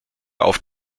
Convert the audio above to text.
auf